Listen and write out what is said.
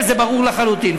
וזה ברור לחלוטין.